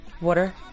Water